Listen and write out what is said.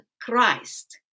Christ